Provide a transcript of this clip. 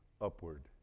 upward